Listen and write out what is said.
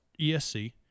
ESC